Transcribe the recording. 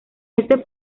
este